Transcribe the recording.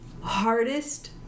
hardest